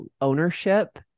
ownership